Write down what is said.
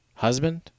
Husband